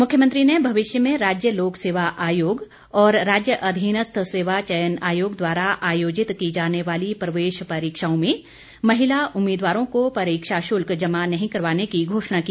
मुख्यमंत्री ने भविष्य में राज्य लोक सेवा आयोग और राज्य अधिनस्थ सेवा चयन आयोग द्वारा आयोजित की जाने वाली प्रवेश परीक्षाओं में महिला उम्मीदवारों को परीक्षा शुल्क जमा नहीं करवाने की घोषणा की